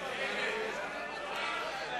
סעיפים 14 50